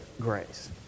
grace